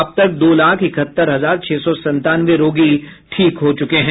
अब तक दो लाख इकहत्तर हजार छह सौ संतानवे रोगी ठीक हुए हैं